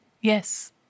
yes